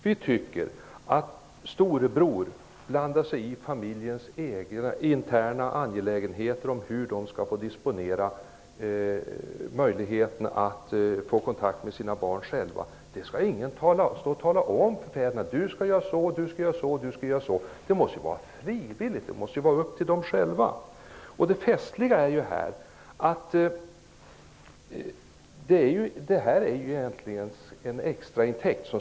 Vi tycker att Storebror blandar sig i familjernas egna interna angelägenheter om hur papporna skall få disponera möjligheterna att själva få kontakt med barnen. Ingen skall stå och tala om för fäderna: ''Du skall göra så, och du skall göra så.'' Det hela måste vara frivilligt. Det festliga är att det blir fråga om en extra intäkt.